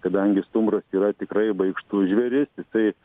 kadangi stumbras yra tikrai baikštus žvėris jisai